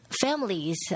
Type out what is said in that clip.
families